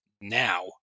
now